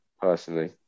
personally